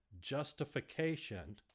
justification